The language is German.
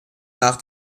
nach